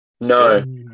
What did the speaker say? No